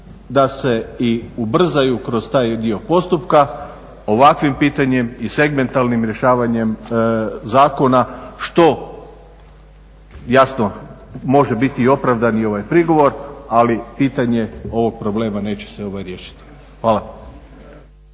da se i ubrzaju kroz taj dio postupka. Ovakvim pitanjem i segmentalnim rješavanjem zakona što jasno može biti i opravdani prigovor, ali pitanje ovog problema neće se riješiti. Hvala.